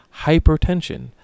hypertension